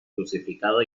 crucificado